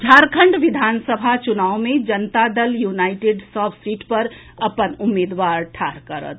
झारखंड विधानसभा चुनाव मे जनता दल यूनाईटेड सभ सीट पर अपन उम्मीदवार ठाढ़ करत